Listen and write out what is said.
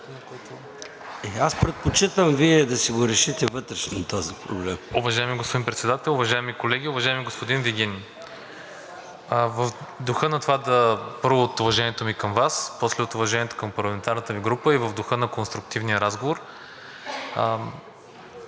Аз предпочитам Вие да си го решите вътрешно този проблем.